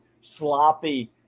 sloppy